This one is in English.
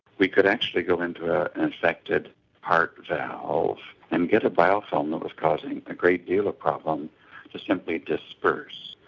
we could actually go into an ah infected heart valve and get a biofilm that was causing a great deal of problems to simply disperse,